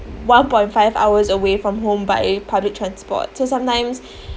one point five hours away from home by public transport so sometimes